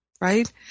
right